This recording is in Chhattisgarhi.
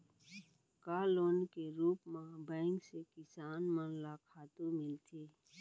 का लोन के रूप मा बैंक से किसान मन ला खातू मिलथे?